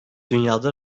dünyada